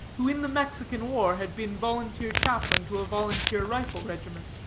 who in the mexican war had been volunteer chaplain to a volunteer rifle-regiment.